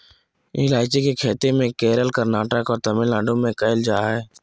ईलायची के खेती केरल, कर्नाटक और तमिलनाडु में कैल जा हइ